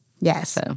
Yes